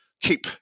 keep